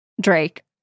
Drake